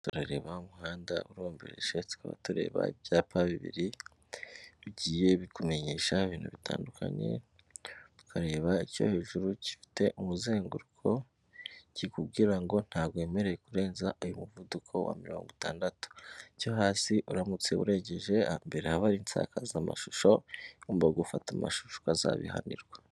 turareba umuhanda umberesha tweba tureba ibyapa bibiri bigiye bikumenyesha ibintu bitandukanye tukareba icyo hejuru gifite umuzenguruko kikubwira ngo ntawemerewe kurenzay muvuduko wa mirongo itandatu cyo hasi uramutse urengejembere haba nsakaza amashusho igomba gufata amashusho azabihanirwa.